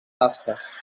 tasques